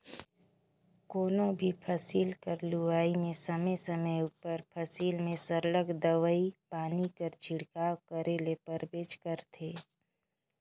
कोनो भी फसिल कर लेवई में समे समे उपर फसिल में सरलग दवई पानी कर छिड़काव करे ले परबेच करथे